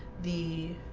the